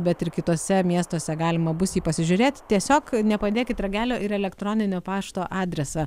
bet ir kituose miestuose galima bus jį pasižiūrėt tiesiog nepadėkit ragelio elektroninio pašto adresą